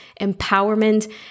empowerment